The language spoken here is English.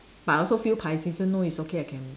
but I also feel paiseh say no it's okay I can